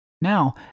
Now